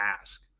ask